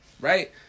right